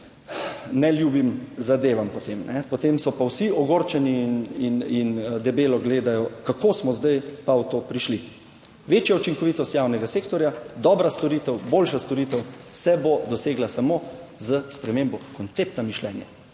neljubim zadevam, potem so pa vsi ogorčeni in debelo gledajo, kako smo zdaj pa v to prišli. Večja učinkovitost javnega sektorja, dobra storitev, boljša storitev se bo dosegla samo s spremembo koncepta mišljenja,